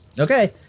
Okay